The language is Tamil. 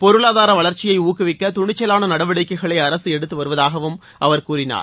பொருளாதார வளர்ச்சியை ஊக்குவிக்க துணிச்சலான நடவடிக்கைகளை அரசு எடுத்துவருவதாகவும் அவர் கூறினார்